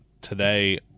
today